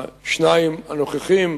השניים הנוכחים,